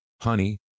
honey